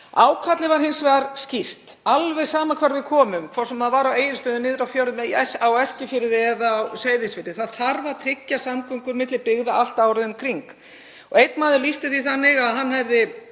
Ákallið var hins vegar skýrt, alveg sama hvar við komum, hvort sem var á Egilsstöðum, niðri á fjörðum, á Eskifirði eða Seyðisfirði. Það þarf að tryggja samgöngur milli byggða allt árið um kring. Einn maður lýsti því þannig að hann hefði